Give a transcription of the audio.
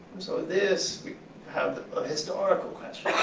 and so this, we have a historical question.